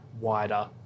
wider